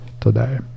today